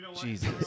Jesus